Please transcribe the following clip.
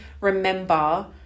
remember